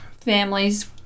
families